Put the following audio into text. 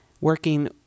working